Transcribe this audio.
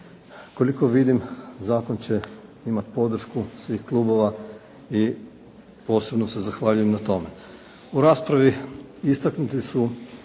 Koliko vidim zakon će imati podršku svih klubova i posebno se zahvaljujem na tome. U raspravi istaknuti su